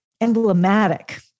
emblematic